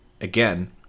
again